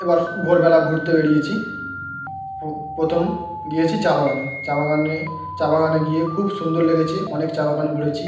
এবার ভোরবেলা ঘুরতে বেরিয়েছি প্রথম গিয়েছি চা বাগানে চা বাগানে চা বাগানে গিয়ে খুব সুন্দর লেগেছে অনেক চা বাগান ঘুরেছি